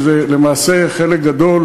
למעשה לחלק גדול